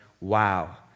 wow